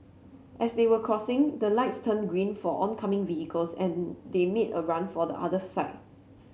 as they were crossing the lights turned green for oncoming vehicles and they made a run for the other side